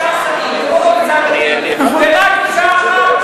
ביש עתיד חמישה שרים, ורק אישה אחת.